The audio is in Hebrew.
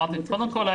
קודם כל,